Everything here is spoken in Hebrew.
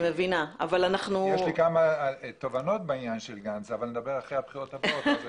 יש לי כמה תובנות בעניין של גנץ אבל נדבר אחרי הבחירות הבאות.